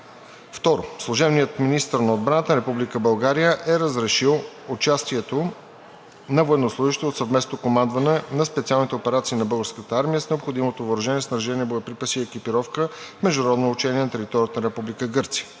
сили. Служебният министър на отбраната на Република България е разрешил участието на военнослужещи от Съвместното командване на специалните операции на Българската армия с необходимото въоръжение, снаряжение, боеприпаси и екипировка в международно учение на територията на